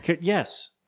Yes